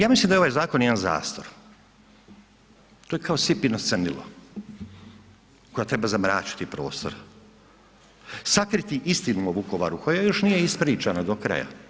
ja mislim da je ovaj zakon jedan zastor, to je kao sipino crnilo koja treba zamračiti prostor, sakriti istinu o Vukovaru koja još nije ispričana do kraja.